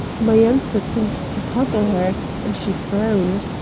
my answer seemed to puzzle her, and she frowned.